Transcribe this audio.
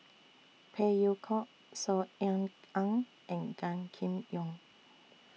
Phey Yew Kok Saw Ean Ang and Gan Kim Yong